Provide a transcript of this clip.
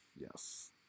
yes